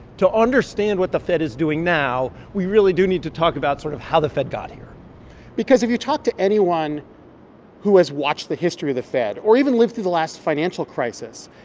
to understand understand what the fed is doing now, we really do need to talk about sort of how the fed got here because if you talk to anyone who has watched the history of the fed or even lived through the last financial crisis,